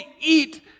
eat